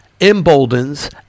emboldens